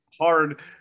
hard